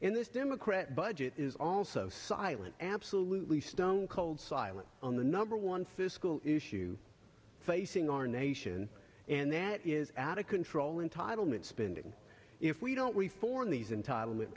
in this democrat budget is also silent absolutely stone cold silent on the number one fiscal issue facing our nation and that is at a control entitlement spending if we don't we form these entitlement